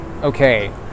okay